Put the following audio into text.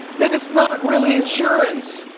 then it is not really insurance.